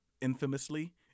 infamously